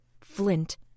Flint